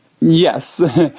yes